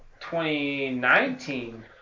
2019